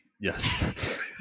Yes